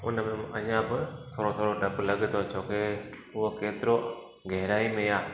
उन में अञा बि थोरो थोरो डपु लॻे थो छो के उहो केतिरो गहिराईअ में आहे